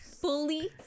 fully